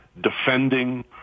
defending